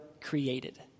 created